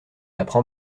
apprend